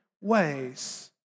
ways